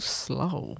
slow